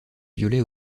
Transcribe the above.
violet